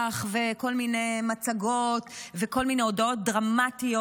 וכל מיני מצגות וכל מיני הודעות דרמטיות,